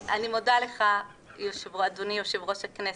אני מודה לך, אדוני יושב-ראש הכנסת,